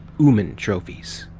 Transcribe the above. ooman trophies.